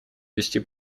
вести